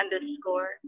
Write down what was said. underscore